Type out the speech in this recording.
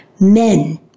Men